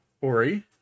Ori